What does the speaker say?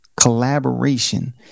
collaboration